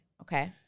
Okay